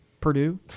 Purdue